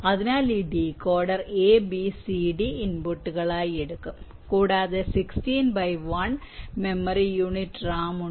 അതിനാൽ ഈ decoder A B C D ഇൻപുട്ടുകളായി എടുക്കും കൂടാതെ 16 ബൈ 1 മെമ്മറി യൂണിറ്റ് റാം ഉണ്ട്